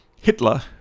Hitler